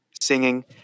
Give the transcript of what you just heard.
singing